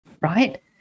right